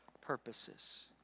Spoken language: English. purposes